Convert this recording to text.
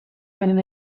beren